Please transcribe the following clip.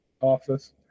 office